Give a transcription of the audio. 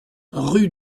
rue